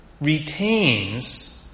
retains